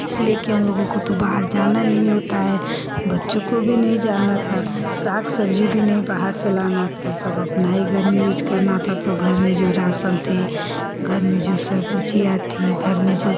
इसलिए कि हमलोगों को तो बाहर जाना नहीं होता है बच्चों को भी नहीं जाना था साग सब्ज़ी भी नहीं बाहर से लानी थी सब अपने ही घर में यूज़ करना था तो घर में जो राशन था घर में जो सब्ज़ियाँ थीं घर में जो